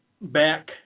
back